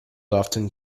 often